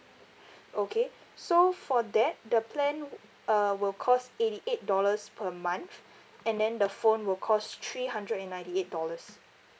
okay so for that the plan uh will cost eighty eight dollars per month and then the phone will cost three hundred and ninety eight dollars